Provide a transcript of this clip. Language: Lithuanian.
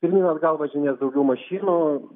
pirmyn atgal važinės daugiau mašinų